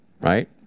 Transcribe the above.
right